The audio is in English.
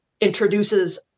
introduces